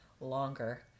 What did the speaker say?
longer